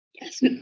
Yes